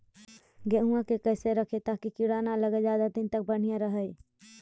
गेहुआ के कैसे रखिये ताकी कीड़ा न लगै और ज्यादा दिन तक बढ़िया रहै?